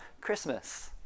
Christmas